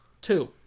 Two